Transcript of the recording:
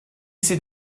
sie